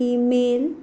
email